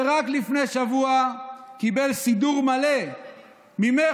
שרק לפני שבוע קיבל סידור מלא ממך,